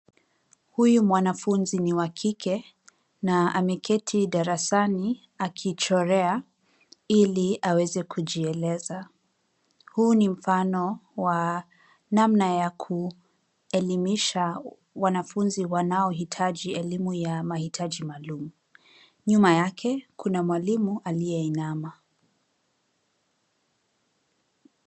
Huyu mwanafunzi ni wa kike na ameketi darasani akichorea ili aweze kujieleza. Huu ni mfano wa namna ya kuelimisha wanafunzi wanaohitaji elimu ya mahitaji maalum. Nyuma yake kuna mwalimu aliyeinama.